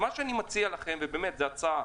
מה שאני מציע לכם, ובאמת זאת הצעה